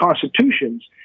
constitutions